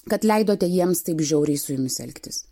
kad leidote jiems taip žiauriai su jumis elgtis